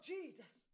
Jesus